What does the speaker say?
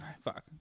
fuck